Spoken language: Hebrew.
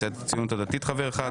סיעת הציונות הדתית חבר אחד.